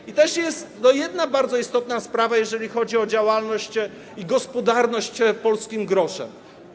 I też jest jeszcze jedna bardzo istotna sprawa, jeżeli chodzi o działalność i gospodarność polskim groszem.